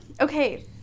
Okay